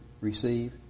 receive